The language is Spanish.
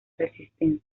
resistencia